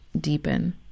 deepen